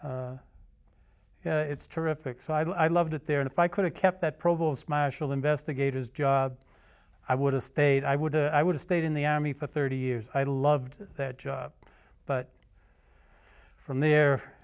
it's terrific so i loved it there and if i could have kept that provost marshal investigators job i would have stayed i would i would have stayed in the army for thirty years i loved that job but from